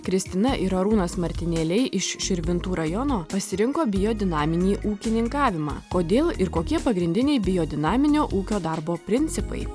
kristina ir arūnas martinėliai iš širvintų rajono pasirinko biodinaminį ūkininkavimą kodėl ir kokie pagrindiniai biodinaminio ūkio darbo principai